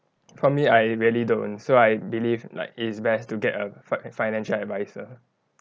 for me I really don't so I believe like it's best to get a fi~ financial adviser